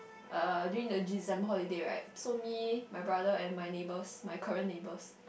uh during the December holiday right so me my brother and my neighbours my current neighbours